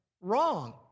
wrong